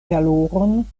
valoron